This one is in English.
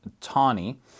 Tawny